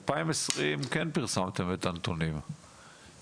ב-2020 כן פרסמתם את הנתונים,